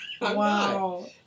Wow